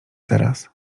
teraz